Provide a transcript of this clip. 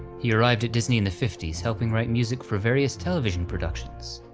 he arrived at disney in the fifty s, helping write music for various television productions.